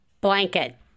blanket